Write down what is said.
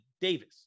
davis